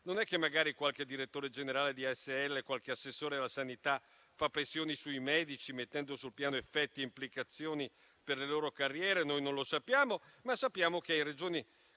non è che magari qualche direttore generale di ASL, qualche assessore alla sanità fa pressioni sui medici, mettendo sul piano effetti e implicazioni per le loro carriere? Noi non lo sappiamo, ma sappiamo che in Regioni